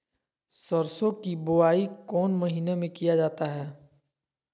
सरसो की बोआई कौन महीने में किया जाता है?